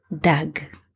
Dag